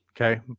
okay